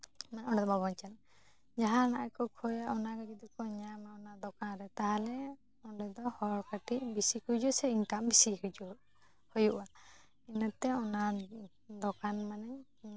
ᱚᱸᱰᱮ ᱫᱚ ᱵᱟᱵᱚᱱ ᱪᱟᱞᱟᱜᱼᱟ ᱡᱟᱦᱟᱱᱟᱜ ᱠᱚ ᱠᱷᱚᱭᱟ ᱚᱱᱟᱜᱮ ᱡᱩᱫᱤ ᱠᱚ ᱧᱟᱢᱟ ᱚᱱᱟ ᱫᱚᱠᱟᱱ ᱨᱮ ᱛᱟᱦᱚᱞᱮ ᱚᱸᱰᱮ ᱫᱚ ᱦᱚᱲ ᱠᱟᱹᱴᱤᱡ ᱵᱮᱥᱤ ᱠᱚ ᱦᱤᱡᱩᱜᱼᱟ ᱥᱮ ᱤᱱᱠᱟᱢ ᱵᱮᱥᱤ ᱦᱤᱡᱩᱜ ᱦᱩᱭᱩᱜᱼᱟ ᱤᱱᱟᱹᱛᱮ ᱚᱱᱟ ᱫᱚᱠᱟᱱ ᱢᱟᱱᱮᱧ